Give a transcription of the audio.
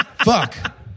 Fuck